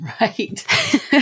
Right